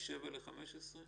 משבע ל-15?